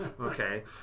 okay